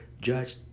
Judge